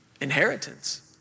inheritance